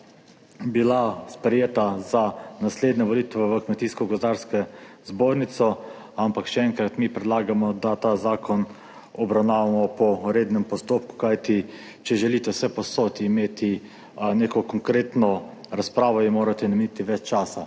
sicer sprejeta za naslednje volitve v Kmetijsko gozdarsko zbornico. Ampak še enkrat, mi predlagamo, da ta zakon obravnavamo po rednem postopku. Kajti če želite vsepovsod imeti neko konkretno razpravo, ji morate nameniti več časa.